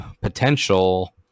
potential